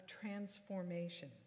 transformation